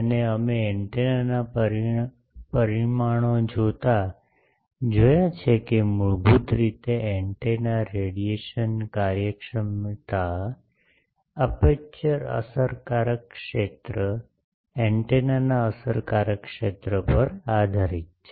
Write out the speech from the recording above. અને અમે એન્ટેનાના પરિમાણો જોતા જોયા છે કે મૂળભૂત રીતે એન્ટેના રેડિયેશન કાર્યક્ષમતા અપેરચ્યોર અસરકારક ક્ષેત્ર એન્ટેનાના અસરકારક ક્ષેત્ર પર આધારિત છે